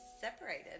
separated